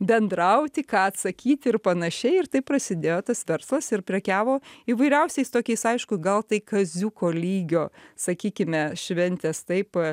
bendrauti ką atsakyti ir panašiai ir taip prasidėjo tas verslas ir prekiavo įvairiausiais tokiais aišku gal tai kaziuko lygio sakykime šventės taip